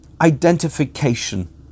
identification